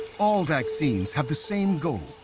all vaccines have the same goal,